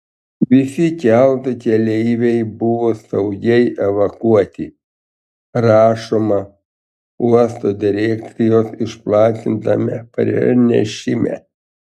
visi kelto keleiviai buvo saugiai evakuoti rašoma uosto direkcijos išplatintame pranešime